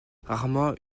rarement